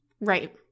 Right